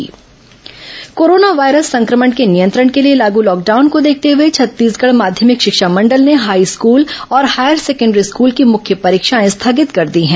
corona परीक्षा स्थगित corona virus संक्रमण के नियंत्रण के लिए लागू लॉकडाउन को देखते हुए छत्तीसगढ़ माध्यमिक शिक्षा मंडल ने हाईस्कूल और हायर सेकण्डरी स्कूल की मुख्य परीक्षाएं स्थगित कर दी है